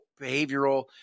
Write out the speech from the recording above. behavioral